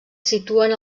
situen